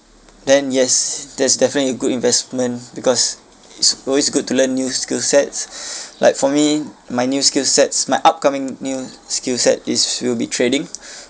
then yes that's definitely good investment because it's always good to learn new skill sets like for me my new skill sets my upcoming new skill set is will be trading